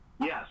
Yes